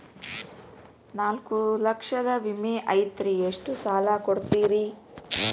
ನಾಲ್ಕು ಲಕ್ಷದ ವಿಮೆ ಐತ್ರಿ ಎಷ್ಟ ಸಾಲ ಕೊಡ್ತೇರಿ?